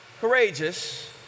courageous